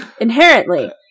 Inherently